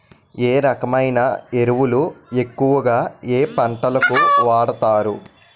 ఏ రకమైన ఎరువులు ఎక్కువుగా ఏ పంటలకు వాడతారు?